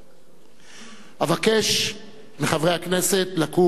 אבקש מחברי הכנסת לקום לדקת דומייה.